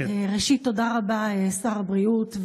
ראשית, תודה רבה לשר הבריאות.